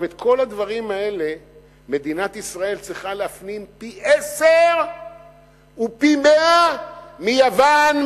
את כל הדברים האלה מדינת ישראל צריכה להפנים פי-עשרה ופי-מאה מיוון,